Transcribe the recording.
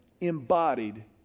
embodied